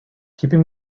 keeping